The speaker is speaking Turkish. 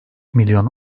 milyon